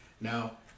now